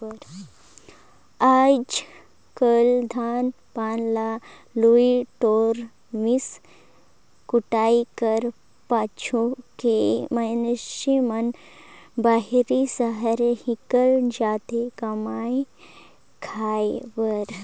आएज काएल धान पान ल लुए टोरे, मिस कुइट कर पाछू के मइनसे मन बाहिर सहर हिकेल जाथे कमाए खाए बर